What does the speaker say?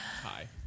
Hi